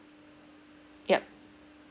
yup